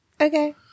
Okay